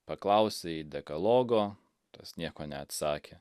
paklausė jį dekalogo tas nieko neatsakė